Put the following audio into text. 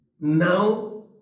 Now